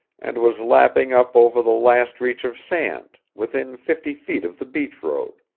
and was lapping up over the last reach of sand, within fifty feet of the beach road.